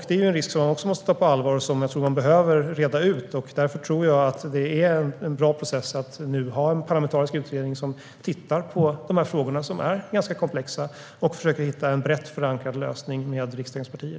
Det är en risk som måste tas på allvar och som behöver redas ut. Därför är det en bra process att ha en parlamentarisk utredning som tittar på dessa komplexa frågor och försöker hitta en brett förankrad lösning med riksdagens partier.